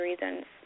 reasons